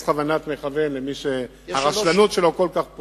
כוונת מכוון למי שהרשלנות שלו כל כך פושעת.